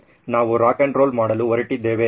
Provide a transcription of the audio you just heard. ಹಾಗಾಗಿ ನಾವು rock n roll ಮಾಡಲು ಹೊರಟಿದ್ದೇವೆ